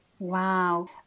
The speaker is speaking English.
Wow